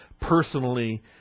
personally